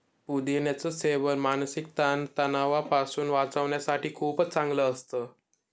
पुदिन्याच सेवन मानसिक ताण तणावापासून वाचण्यासाठी खूपच चांगलं असतं